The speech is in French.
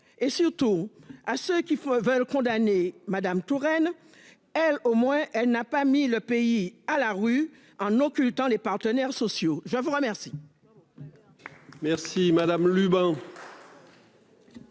et surtout à ce qu'il faut veulent condamner Madame Touraine elle au moins elle n'a pas mis le pays à la rue en occultant les partenaires sociaux. Je vous remercie.